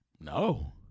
No